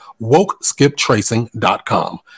WokeSkipTracing.com